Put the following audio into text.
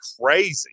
crazy